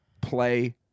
play